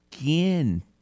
again